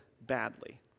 badly